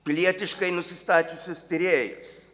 pilietiškai nusistačiusius tyrėjais